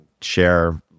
share